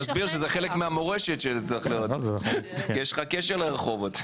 תסביר שזה חלק מהמורשת כי יש לך קשר לרחובות.